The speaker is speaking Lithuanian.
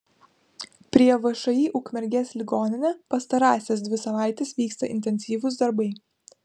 prie všį ukmergės ligoninė pastarąsias dvi savaites vyksta intensyvūs darbai